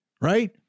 right